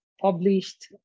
published